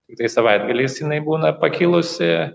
tiktai savaitgaliais jinai būna pakilusi